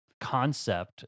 concept